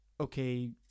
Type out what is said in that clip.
okay